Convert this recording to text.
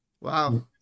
Wow